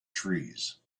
trees